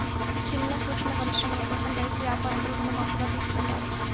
సిన్న సూక్ష్మ పరిశ్రమల కోసం రైతులు యాపారత్తులు రుణం అప్పుగా తీసుకుంటారు